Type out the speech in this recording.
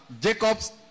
Jacob's